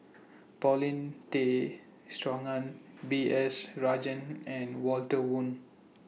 Paulin Tay Straughan B S Rajhans and Walter Woon